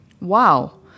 Wow